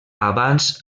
abans